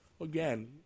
Again